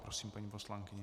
Prosím, paní poslankyně.